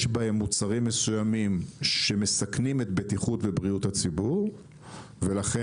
בהם מוצרים מסוימים שמסכנים את בטיחות ובריאות הציבור ולכן